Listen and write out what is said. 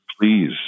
Please